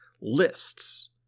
lists